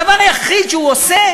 הדבר היחיד שהוא עושה